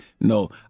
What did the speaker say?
No